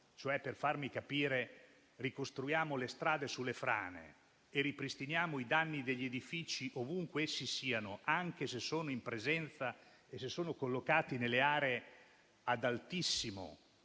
cioè - per farmi capire - ricostruendo le strade sulle frane, ripristinando i danni degli edifici ovunque essi siano, anche se sono collocati nelle aree ad altissimo